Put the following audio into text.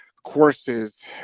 Courses